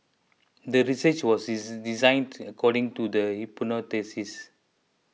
the research was designed to according to the